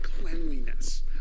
cleanliness